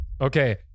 Okay